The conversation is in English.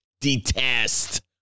detest